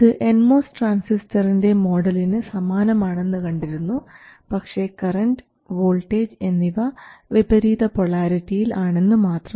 ഇത് N MOS ട്രാൻസിസ്റ്ററിൻറെ മോഡലിന് സമാനമാണെന്ന് കണ്ടിരുന്നു പക്ഷേ കറൻറ് വോൾട്ടേജ് എന്നിവ വിപരീത പൊളാരിറ്റിയിൽ ആണെന്ന് മാത്രം